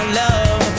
love